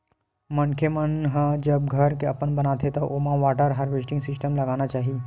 मनखे मन ह जब घर अपन बनाथे त ओमा वाटर हारवेस्टिंग सिस्टम लगाना चाही